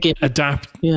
adapt